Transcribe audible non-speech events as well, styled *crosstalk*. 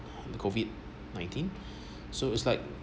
the COVID nineteen *breath* so it's like